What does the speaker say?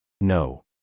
No